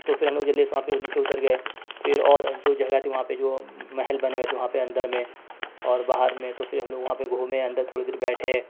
تو پھر ہم لوگ جلدی سے وہاں پہ نیچے اتر گیے پھر اور جو جگہ تھی وہاں پہ جو محل بنے ہوئے تھے وہاں پہ اندر میں اور باہر میں تو پھر ہم لوگ وہاں پہ گھومے اندر تھوڑی دیر بیٹھے